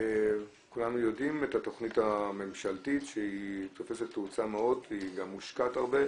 כולנו יודעים על התוכנית הממשלתית שתופסת תאוצה והיא גם מושקעת הרבה,